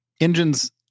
engine's